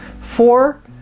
Four